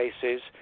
cases